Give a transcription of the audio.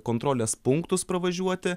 kontrolės punktus pravažiuoti